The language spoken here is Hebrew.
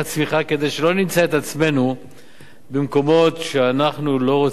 כדי שלא נמצא את עצמנו במקומות שאנחנו לא רוצים להיות.